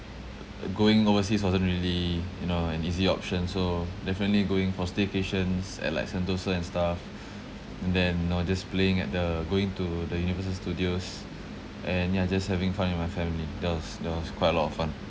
going overseas wasn't really you know an easy option so definitely going for staycations at like sentosa and stuff and then you know just playing at the going to the universal studios and ya just having fun with my family that was that was quite a lot of fun